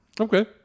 Okay